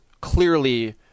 clearly